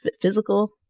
physical